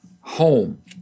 home